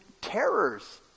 terrors